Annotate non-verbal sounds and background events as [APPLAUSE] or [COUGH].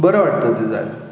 बरं वाटतं [UNINTELLIGIBLE]